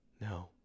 No